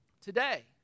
today